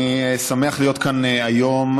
אני שמח להיות כאן היום,